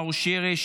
נאור שירי,